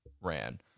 ran